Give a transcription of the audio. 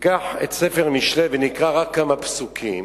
ניקח את ספר משלי ונקרא רק כמה פסוקים,